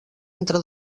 entre